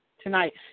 tonight